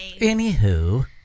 Anywho